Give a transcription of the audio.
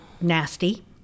nasty